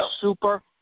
Super